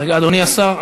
אדוני השר,